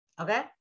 okay